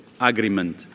agreement